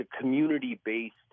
community-based